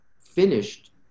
finished